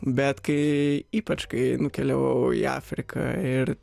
bet kai ypač kai nukeliavau į afriką ir